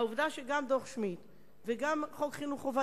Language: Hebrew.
העובדה שגם דוח-שמיד וגם חוק חינוך חובה